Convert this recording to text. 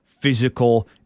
physical